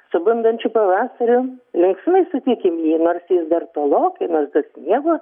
su bundančiu pavasariu linksmai sutikim jį nors jis dar tolokai nors dar sniego